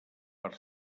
per